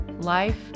life